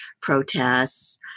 protests